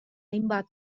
hainbat